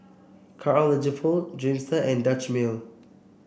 Karl Lagerfeld Dreamster and Dutch Mill